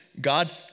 God